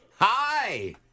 hi